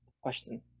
question